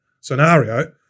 scenario